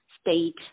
state